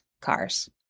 cars